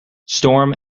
storm